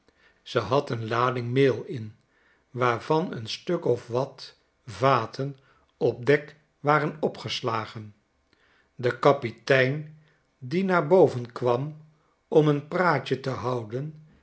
ze had een lading meel in waarvan een stuk of wat vaten op dek waren opgeslagen de kapitein die naar boven kwam om een praatje te houden